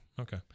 okay